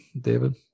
David